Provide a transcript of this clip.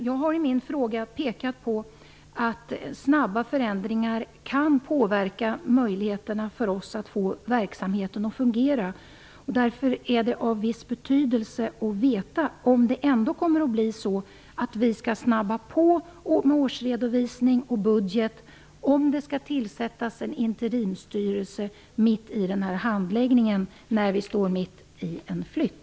Jag har i min fråga pekat på att snabba förändringar kan påverka möjligheterna för oss att få verksamheten att fungera. Därför är det av viss betydelse att få veta om det ändå kommer att bli så att vi skall snabba på med årsredovisning och budget, och om det skall tillsättas en interimsstyrelse mitt i handläggningen. Vi står mitt i en flytt.